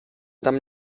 tam